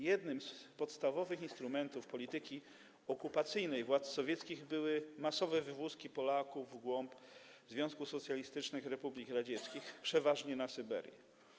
Jednym z podstawowych instrumentów polityki okupacyjnej władz sowieckich były masowe wywózki Polaków w głąb Związku Socjalistycznych Republik Radzieckich, przeważnie na Syberię.